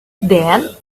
then